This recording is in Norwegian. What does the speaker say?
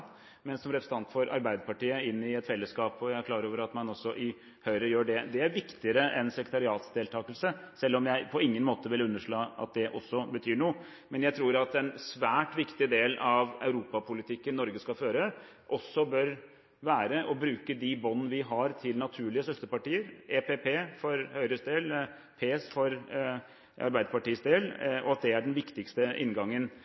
men som representant for Arbeiderpartiet inn i et fellesskap. Jeg er klar over man gjør det også i Høyre. Det er viktigere enn sekretariatsdeltakelse, selv om jeg på ingen måte vil underslå at det også betyr noe. Men jeg tror at en svært viktig del av den europapolitikken Norge skal føre, også bør være å bruke de bånd vi har til naturlige søsterpartier, EPP for Høyres del, PS for Arbeiderpartiets del, og at det er den viktigste inngangen.